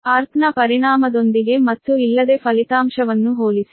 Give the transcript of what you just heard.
earth ನ ಪರಿಣಾಮದೊಂದಿಗೆ ಮತ್ತು ಇಲ್ಲದೆ ಫಲಿತಾಂಶವನ್ನು ಹೋಲಿಸಿ